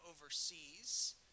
overseas